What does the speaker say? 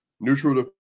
neutral